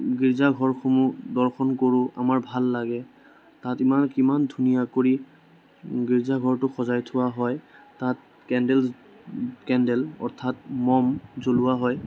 গীৰ্জাঘৰসমূহ দৰ্শন কৰোঁ আমাৰ ভাল লাগে তাত ইমান কিমান ধুনীয়া কৰি গীৰ্জাঘৰটো সজাই থোৱা হয় তাত কেণ্ডেল কেণ্ডেল অৰ্থাৎ মম জলোৱা হয়